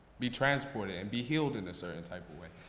be transported and be healed in a certain type of way,